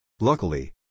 Luckily